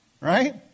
Right